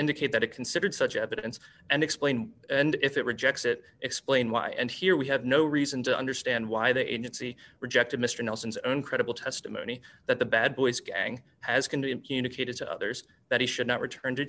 indicate that it considered such evidence and explain and if it rejects it explain why and here we have no reason to understand why the agency rejected mr nelson's own credible testimony that the bad boys gang has condemned communicated to others that he should not return to